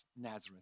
Nazareth